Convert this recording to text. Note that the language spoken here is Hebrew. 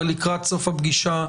אבל לקראת סוף הישיבה,